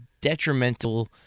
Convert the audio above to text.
detrimental